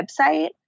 website